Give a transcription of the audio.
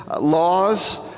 laws